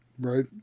right